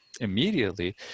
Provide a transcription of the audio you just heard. immediately